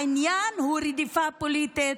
העניין הוא רדיפה פוליטית.